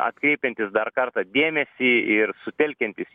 atkreipiantys dar kartą dėmesį ir sutelkiantys